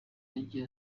yagiye